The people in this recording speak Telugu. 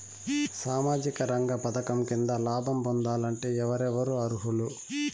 సామాజిక రంగ పథకం కింద లాభం పొందాలంటే ఎవరెవరు అర్హులు?